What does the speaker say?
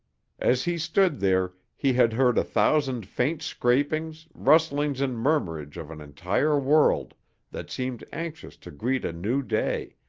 as he stood there, he had heard a thousand faint scrapings, rustlings and murmurings of an entire world that seemed anxious to greet a new day,